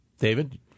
david